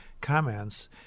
comments